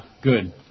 Good